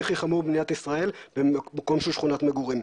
הכי חמוד במדינת ישראל במקום של שכונת מגורים.